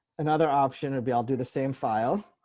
another option would be i'll do the same file.